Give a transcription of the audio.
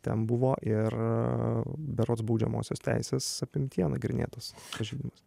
ten buvo ir berods baudžiamosios teisės apimtyje nagrinėtas pažeidimus